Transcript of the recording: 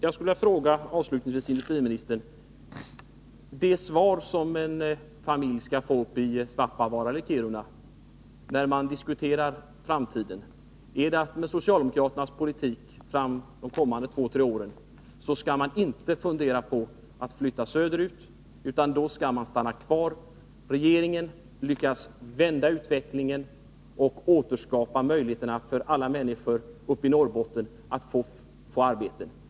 Jag skulle avslutningsvis vilja fråga industriministern: Det svar som en familj i Svappavaara eller Kiruna skall få när man diskuterar framtiden, är det att med socialdemokratisk politik de kommande två å tre åren, så skall familjen inte fundera på att flytta till annan ort utan stanna kvar? Säger man att regeringen lyckas vända utvecklingen och återskapa möjligheter för alla människor uppe i Norrbotten att få arbete?